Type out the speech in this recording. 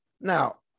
Now